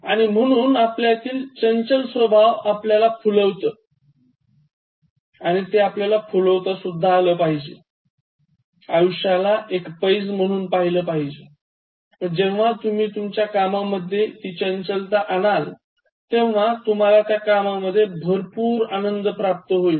आणि म्हणून आपल्यातील चंचल स्वभाव आपल्याला फुलवता आला पाहिजेआयुष्याला एक पैज म्हणून पाहिलं पाहिजे व जेव्हा तुम्ही तुमच्या कामामधेय ती चंचलता आणाल तेव्हा तुम्हाला त्या कामामधेय भरपूर आनंद प्राप्त होईल